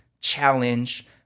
challenge